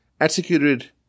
executed